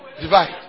Divide